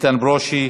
איתן ברושי,